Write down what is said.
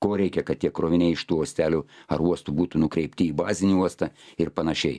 ko reikia kad tie kroviniai iš tų uostelių ar uostų būtų nukreipti į bazinį uostą ir panašiai